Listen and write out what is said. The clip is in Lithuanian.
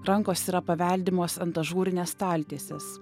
rankos yra paveldimos ant ažūrinės staltiesės